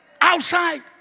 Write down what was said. outside